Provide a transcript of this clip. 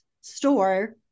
store